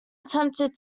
attempted